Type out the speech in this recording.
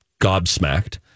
gobsmacked